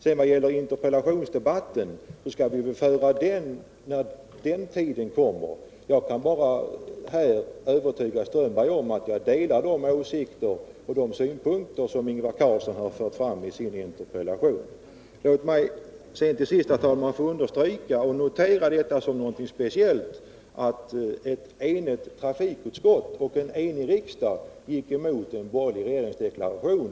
Vad sedan gäller interpellationsdebatten skall vi väl föra den när den dagen kommer. Jag kan här bara försäkra herr Strömberg att jag delar de åsikter och synpunkter som Ingvar Carlsson har framfört i sin interpellation. Herr talman! Låt mig sedan till sist understryka och notera som något speciellt att ett enigt trafikutskott och en enig riksdag gick emot en borgerlig regeringsdeklaration.